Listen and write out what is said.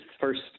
first